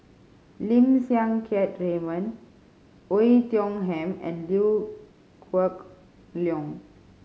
Lim Siang Keat Raymond Oei Tiong Ham and Liew Geok Leong